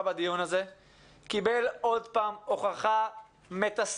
בדיון הזה קיבל עוד פעם הוכחה מתסכלת